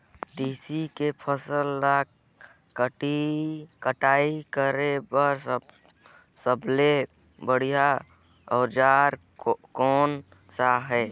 तेसी के फसल ला कटाई करे बार सबले बढ़िया औजार कोन सा हे?